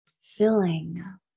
filling